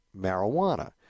marijuana